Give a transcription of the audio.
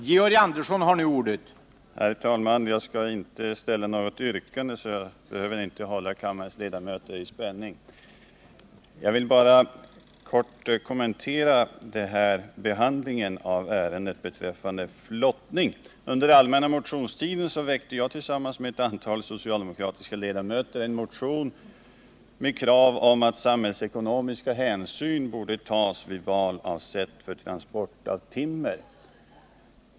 Herr talman! Jag skall inte framställa något yrkande, så jag behöver inte hålla kammarens ledamöter i spänning. Jag vill bara kort kommentera behandlingen av ärendet beträffande flottning. Under den allmänna motionstiden väckte jag tillsammans med ett antal socialdemokratiska ledamöter en motion med krav på att samhällsekonomiska hänsyn skulle tas vid val av sätt för transport av timmer.